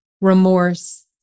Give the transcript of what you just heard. remorse